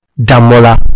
Damola